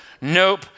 nope